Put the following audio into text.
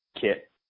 kit